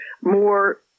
more